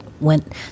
went